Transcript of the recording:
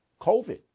COVID